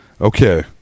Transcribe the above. Okay